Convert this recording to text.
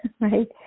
right